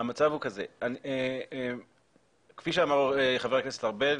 המצב הוא כזה, כפי שאמר חבר הכנסת ארבל,